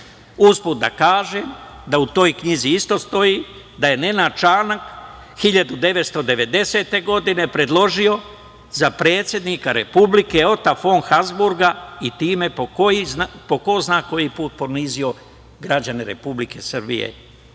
Usput da kažem da u toj knjizi isto stoji da je Nenad Čanak 1990. godine predložio za predsednika Republike Ota fon Habsburga i time po ko zna koji put ponizio građane Republike Srbije